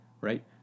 right